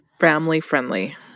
family-friendly